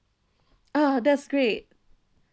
oh that's great